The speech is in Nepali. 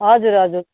हजुर हजुर